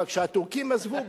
אבל כשהטורקים עזבו,